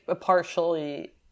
partially